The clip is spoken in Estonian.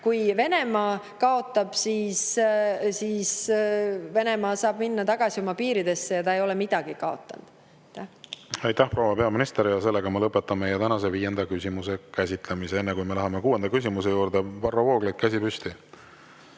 kui Venemaa kaotab, siis Venemaa saab minna tagasi oma piiridesse ja ta ei ole midagi kaotanud. Aitäh, proua peaminister! Ma lõpetan meie tänase viienda küsimuse käsitlemise. Enne kui me läheme kuuenda küsimuse juurde, on Varro Vooglaiul käsi püsti,